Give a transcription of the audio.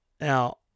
Now